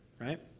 right